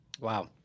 Wow